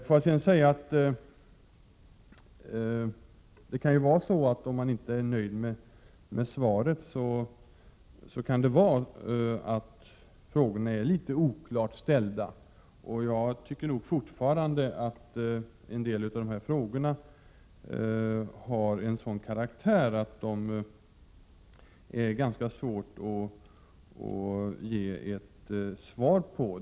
Får jag sedan säga, att om man inte är nöjd med svaret, kan det bero på att frågorna är litet oklart ställda. Jag tycker nog fortfarande att en del av dessa frågor har en sådan karaktär att de är ganska svåra att ge svar på.